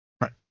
Right